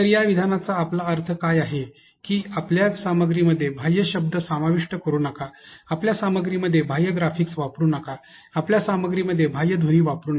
तर या विधानाचा आपला अर्थ काय आहे की आपल्या सामग्रीमध्ये बाह्य शब्द समाविष्ट करू नका आपल्या सामग्रीमध्ये बाह्य ग्राफिक्स वापरू नका आपल्या सामग्रीमध्ये बाह्य ध्वनी वापरू नका